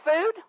food